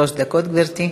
שלוש דקות, גברתי.